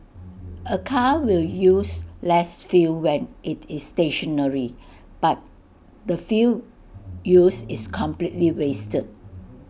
A car will use less fuel when IT is stationary but the fuel used is completely wasted